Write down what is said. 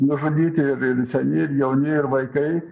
nužudyti ir ir seni ir jauni ir vaikai